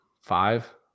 Five